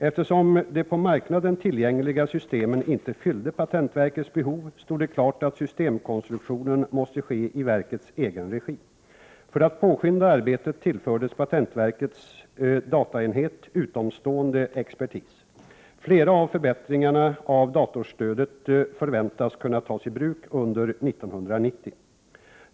Eftersom de på marknaden tillgängliga systemen inte fyllde patentverkets behov, stod det klart att systemkonstruktionen måste ske i verkets egen regi. För att påskynda arbetet tillfördes patentverkets dataenhet utomstående expertis. Flera av förbättringarna av datorstödet förväntas kunna tas i bruk under 1990.